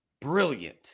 brilliant